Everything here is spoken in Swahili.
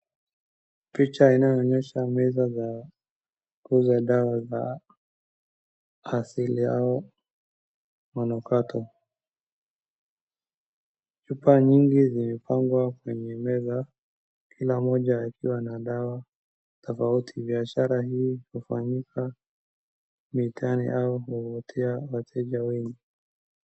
Picha inayoonyesha meza ya kuuza dawa za asili au manukato. Chupa nyingi zimepangwa kwenye meza kila mmoja ikiwa na dawa tofauti. Biashara hii hufanyika kwa mtaa kuvutia wateja wengi.